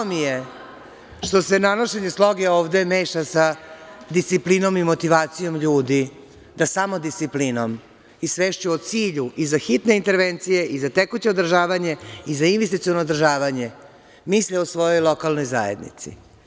I žao mi je što se nanošenje sloge ovde meša sa disciplinom i motivacijom ljudi, da samodisciplinom i svešću o cilju i za hitne intervencije i za tekuće održavanje i za investiciono održavanje, misli o svojoj lokalnoj zajednici.